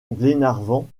glenarvan